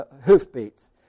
Hoofbeats*